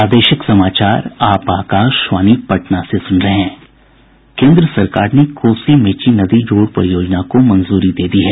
केन्द्र सरकार ने कोसी मेची नदी जोड़ परियोजना को मंजूरी दे दी है